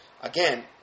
Again